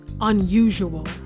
unusual